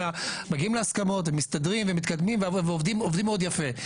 אלא מגיעים להסכמות ומסתדרים ומתקדמים ועובדים מאוד יפה,